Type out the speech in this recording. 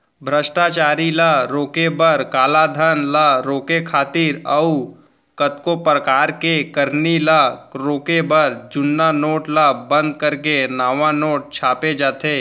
भस्टाचारी ल रोके बर, कालाधन ल रोके खातिर अउ कतको परकार के करनी ल रोके बर जुन्ना नोट ल बंद करके नवा नोट छापे जाथे